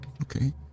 Okay